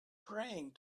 praying